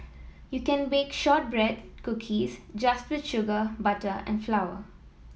you can bake shortbread cookies just with sugar butter and flour